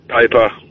Paper